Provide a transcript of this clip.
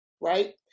right